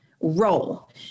role